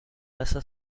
passa